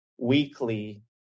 Weekly